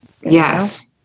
yes